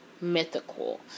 mythical